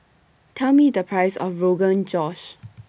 Tell Me The Price of Rogan Josh